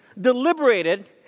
deliberated